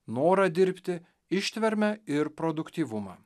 norą dirbti ištvermę ir produktyvumą